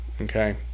Okay